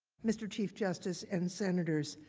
mr. chief justice and senators,